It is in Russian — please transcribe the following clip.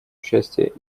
участие